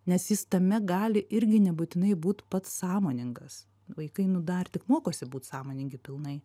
nes jis tame gali irgi nebūtinai būt pats sąmoningas vaikai nu dar tik mokosi būt sąmoningi pilnai